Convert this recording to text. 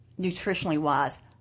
nutritionally-wise